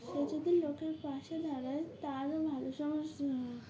সে যদি লোকের পাশে দাঁড়ায় তারও ভালো সমস্যা